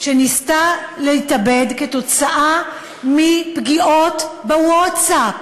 שניסתה להתאבד בגלל פגיעות בווטסאפ.